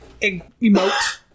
emote